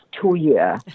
two-year